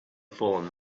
fallen